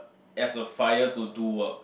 as a fire to do work